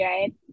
right